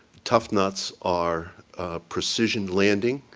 tough nuts are precision landing.